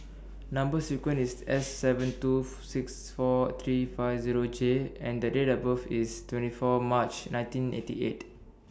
Number sequence IS S seven two six four three five Zero J and The Date of birth IS twenty four March nineteen eighty eight